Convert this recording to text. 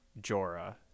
jorah